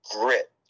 grit